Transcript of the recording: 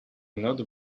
not